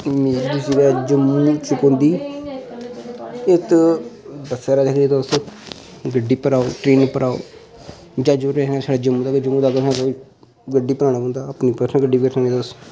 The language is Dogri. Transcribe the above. जिसलै जम्मू च औंदी एत्त बस्सा र तुस गड्डी पर आओ ट्रेन पर आओ जहाजै पर बी तुसें जम्मू तगर गै जम्मू दा तुसें गड्डी पर आना पौंदा तुसें अपनी पर ते पर्सनल गड्डी बी करी सकने तुस